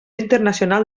internacional